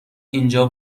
اینجا